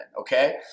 okay